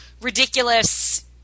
ridiculous